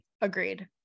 Agreed